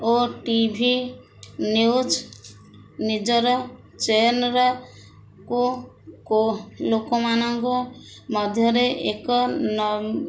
ଓ T V news ନିଜର ଲୋକମାନଙ୍କ ମଧ୍ୟରେ ଏକ